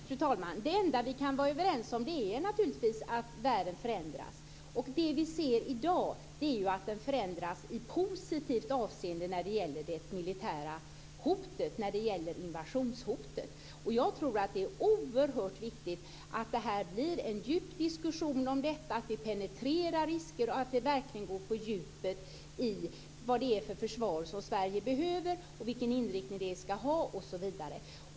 Fru talman! Det enda vi kan vara överens om är naturligtvis att världen förändras. Det vi ser i dag är att den förändras i positivt avseende när det gäller det militära hotet - när det gäller invasionshotet. Jag tror att det är oerhört viktigt att det blir en djup diskussion om detta och att vi penetrerar risker - att vi verkligen går på djupet i diskussionen om vilket försvar Sverige behöver, vilken inriktning det skall ha osv.